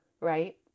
right